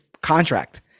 contract